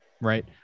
Right